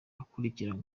ikurikira